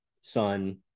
son